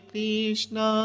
Krishna